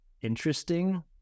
interesting